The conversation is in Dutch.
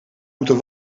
moeten